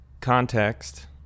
context